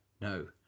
no